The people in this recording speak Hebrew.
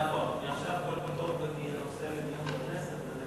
עפו, מעכשיו כל נושא לדיון בכנסת?